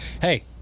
hey